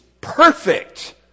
perfect